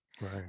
right